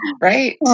right